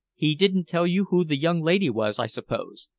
he didn't tell you who the young lady was, i suppose?